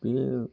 बियो